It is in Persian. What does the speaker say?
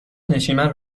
نشیمن